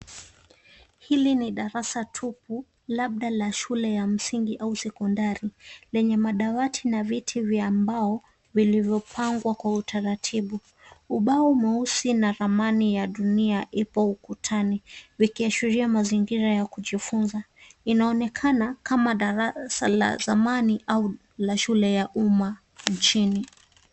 Hili ni darasa tupu labda la shule ya msingi au sekondari lenye madawati na viti vya mbao vilivyopangwa kwa utaratibu. Ubao mweusi na ramani ya dunia ipo ukutani vikiashiria mazingira ya kujifuza. Inaonekana kama darasa la zamani au la shule ya umma nchini.